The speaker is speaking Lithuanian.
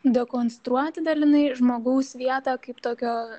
dekonstruoti dalinai žmogaus vietą kaip tokio